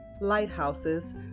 lighthouses